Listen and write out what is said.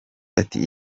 ati